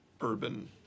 urban